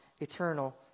eternal